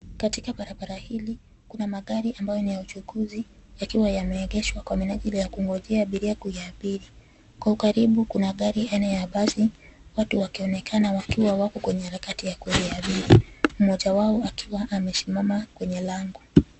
Katika barabara hili kuna magari ambayo ni ya uchukuzi yakiwa yameegeshwa kwa minajili ya kungonjea abiria kuyaabiri. Kwa ukaribu kuna gari aina ya basi, watu wakionekana wakiwa wako kwenye harakati ya kuyaabiri. Mmoja wao akiwa amesimama kwenye lango.